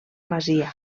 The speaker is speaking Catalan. masia